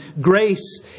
grace